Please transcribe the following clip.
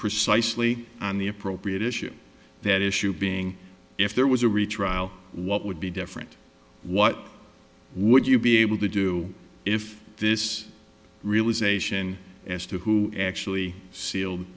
precisely on the appropriate issue that issue being if there was a retrial what would be different what would you be able to do if this realization as to who actually sealed